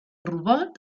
robot